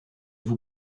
vous